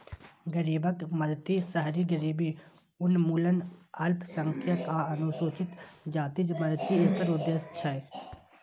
गरीबक मदति, शहरी गरीबी उन्मूलन, अल्पसंख्यक आ अनुसूचित जातिक मदति एकर उद्देश्य छै